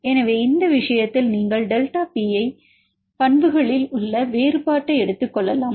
எனவே இந்த விஷயத்தில் நீங்கள் டெல்டா பி ஐ பண்புகளில் உள்ள வேறுபாட்டை எடுத்துக் கொள்ளலாம்